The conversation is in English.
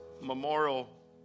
Memorial